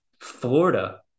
Florida